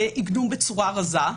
בצורה רזה,